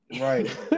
Right